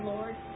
Lord